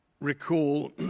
recall